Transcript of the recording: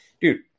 Dude